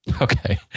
Okay